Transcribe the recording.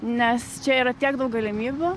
nes čia yra tiek daug galimybių